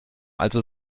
also